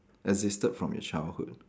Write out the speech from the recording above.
existed from your childhood